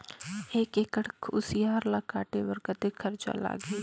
एक एकड़ कुसियार ल काटे बर कतेक खरचा लगही?